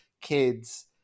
kids